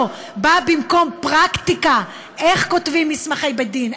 בא במקום פרקטיקה איך כותבים מסמכי בית-דין,